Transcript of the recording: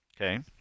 Okay